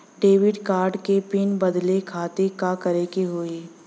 Debit card क PIN बदले खातिर का करेके होई?